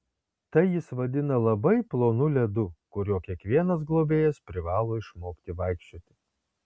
tai jis vadina labai plonu ledu kuriuo kiekvienas globėjas privalo išmokti vaikščioti